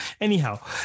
anyhow